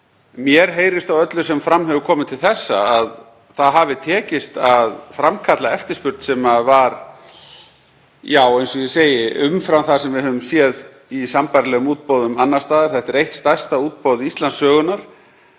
mér heyrist á öllu sem fram hefur komið til þessa að það hafi tekist að framkalla eftirspurn sem var, eins og ég segi, umfram það sem við höfum séð í sambærilegum útboðum annars staðar. Þetta er eitt stærsta útboð Íslandssögunnar